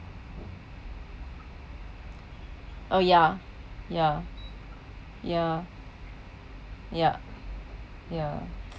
oh ya ya ya yup ya